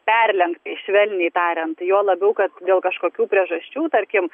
perlenktai švelniai tariant tai juo labiau kad dėl kažkokių priežasčių tarkim